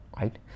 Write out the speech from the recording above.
right